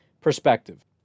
perspective